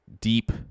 deep